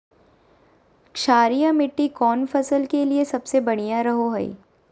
क्षारीय मिट्टी कौन फसल के लिए सबसे बढ़िया रहो हय?